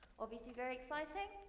obviously, very exciting.